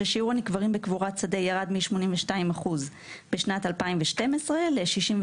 ששיעור הנקברים בקבורת שדה ירד מ-82% בשנת 2012 ל-66.5%